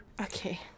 okay